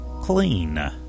Clean